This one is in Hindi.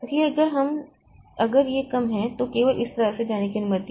इसलिए अगर यह कम है तो केवल इस तरह से जाने की अनुमति है